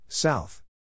South